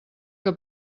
que